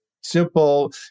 simple